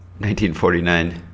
1949